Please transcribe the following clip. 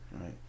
Right